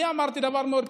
אני אמרתי דבר מאוד פשוט: